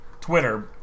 Twitter